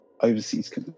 overseas